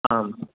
आम्